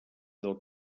del